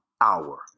hour